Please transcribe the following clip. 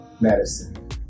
medicine